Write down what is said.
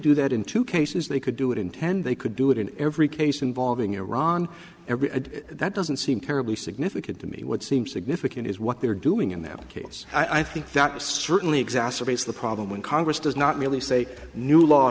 do that in two cases they could do it in ten they could do it in every case involving iran that doesn't seem terribly significant to me would seem significant is what they were doing in that case i think that was certainly exacerbates the problem when congress does not release a new law